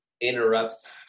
interrupts